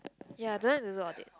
ya I don't like to do audit